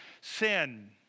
sin